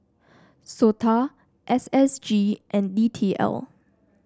SOTA S S G and D T L